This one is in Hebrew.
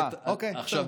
אוקיי, בסדר.